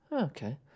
Okay